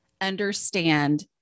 understand